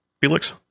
Felix